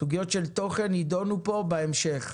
סוגיות של תוכן יידונו פה בהמשך.